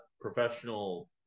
professional